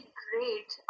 great